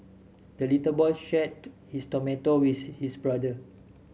the little boy shared his tomato with his brother